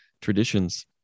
traditions